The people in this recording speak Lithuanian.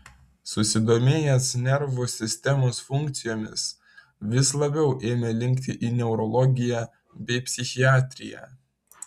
susidomėjęs nervų sistemos funkcijomis vis labiau ėmė linkti į neurologiją bei psichiatriją